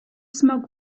smoke